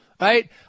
right